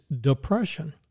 depression